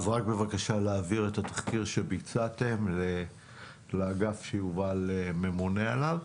אז רק בבקשה להעביר את התחקיר שביצעתם לאגף שיובל ממונה עליו,